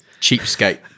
cheapskate